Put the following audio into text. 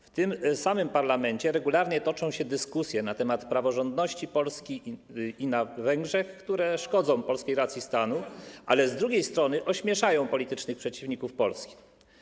W tym samym parlamencie regularnie toczą się dyskusje na temat praworządności Polski i Węgier, które szkodzą polskiej racji stanu, a z drugiej strony - ośmieszają politycznych przeciwników Polski.